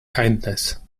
kindness